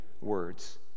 words